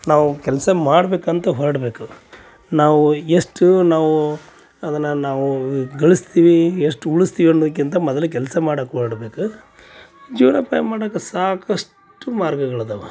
ನಾವು ಕೆಲಸ ಮಾಡಬೇಕಂತ ಹೊರಡಬೇಕು ನಾವು ಎಷ್ಟು ನಾವೂ ಅದನ್ನ ನಾವೂ ಗಳಸ್ತೀವಿ ಎಷ್ಟು ಉಳಿಸ್ತೀವಿ ಅನ್ನೋಕಿಂತ ಮೊದಲು ಕೆಲಸ ಮಾಡಕ್ಕೆ ಹೊರಡಬೇಕು ಜೀವನ ಪೇ ಮಾಡಕ್ಕ ಸಾಕಷ್ಟು ಮಾರ್ಗಗಳಾದವ